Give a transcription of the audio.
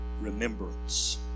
remembrance